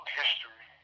history